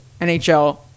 NHL